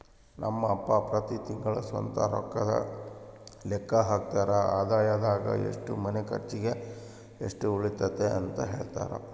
ನಮ್ ಅಪ್ಪ ಪ್ರತಿ ತಿಂಗ್ಳು ಸ್ವಂತ ರೊಕ್ಕುದ್ ಲೆಕ್ಕ ಹಾಕ್ತರ, ಆದಾಯದಾಗ ಎಷ್ಟು ಮನೆ ಕರ್ಚಿಗ್, ಎಷ್ಟು ಉಳಿತತೆಂತ ಹೆಳ್ತರ